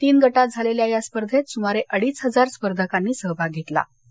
तीन गटात झालेल्या या स्पर्धेत सुमारे अडीच हजार स्पर्धकांनी सहभाग घेतला होता